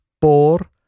por